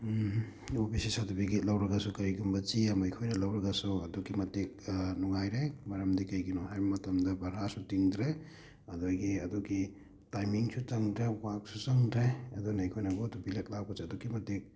ꯑꯣ B C certificate ꯂꯧꯔꯒꯁꯨ ꯀꯩꯒꯨꯝꯕ ꯆꯦ ꯑꯩꯈꯣꯏꯅ ꯑꯃ ꯂꯧꯔꯒꯁꯨ ꯑꯗꯨꯛꯀꯤ ꯃꯇꯤꯛ ꯅꯨꯡꯉꯥꯏꯔꯦ ꯃꯔꯝꯗꯤ ꯀꯩꯒꯤꯅꯣ ꯍꯥꯏꯕ ꯃꯇꯝꯗ ꯕꯔꯥꯁꯨ ꯇꯤꯡꯗ꯭꯭ꯔꯦ ꯑꯗꯒꯤ ꯑꯗꯨꯒꯤ ꯇꯥꯏꯃꯤꯡꯁꯨ ꯆꯪꯗ꯭ꯔꯦ ꯋꯥꯔꯛꯁꯨ ꯆꯪꯗ꯭ꯔꯦ ꯑꯗꯨꯅ ꯑꯩꯈꯣꯏꯅ ꯒꯣ ꯇꯨ ꯚꯤꯂꯦꯖ ꯂꯥꯛꯄꯁꯤ ꯑꯗꯨꯛꯀꯤ ꯃꯇꯤꯛ